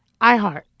iHeart